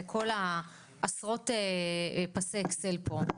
לכל העשרות פסי אקסל פה,